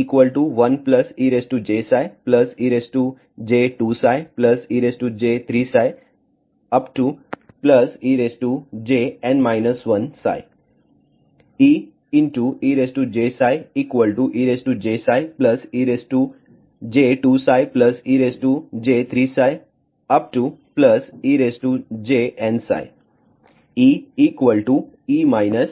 E1ejψej2ψej3ψejψ Eejψejψej2ψej3ψejnψ E Eejψ1 ejnψ E1 ejnψ1 ejψ Eejnψ2e jnψ2 ejnψ2ejψ2e jψ2 ejψ2sinnψ2sinψ2 As Elim nsinnψ2nψ2 2sin2 Emaxn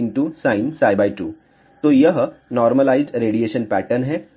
Enormsinnψ2nsinψ2 तो यह normalised radiation pattern है